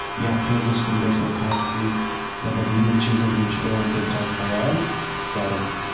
یا فیزَس کُن گژھِنہٕ نہٕ تھپھ دِنۍ مطلب یِمن چیٖزُن ہُند چھُ پیوان تَمہِ ساتہٕ خیال کَرُن